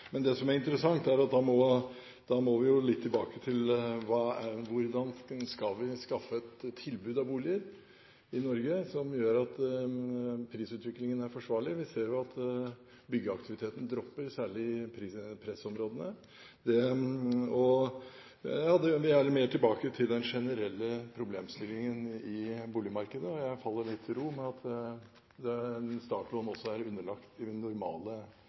Men det som er interessant, er at da må vi litt tilbake til hvordan vi skal skaffe et tilbud av boliger i Norge, som gjør at prisutviklingen er forsvarlig. Vi ser jo at byggeaktiviteten faller, særlig i pressområdene. Jeg vil gjerne mer tilbake til den generelle problemstillingen i boligmarkedet. Jeg faller litt til ro med at også statsråden er underlagt de normale vurderingene som foregår i markedet. Det er klart at all erfaring tilsier at det er viktig å følge med i